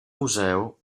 museo